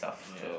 ya